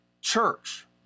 church